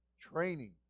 training